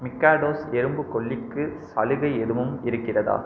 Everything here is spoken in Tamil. மிக்காடோஸ் எறும்புக் கொல்லிக்கு சலுகை எதுவும் இருக்கிறதா